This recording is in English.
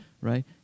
right